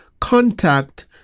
contact